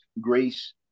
grace